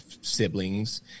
siblings